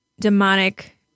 demonic